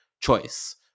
choice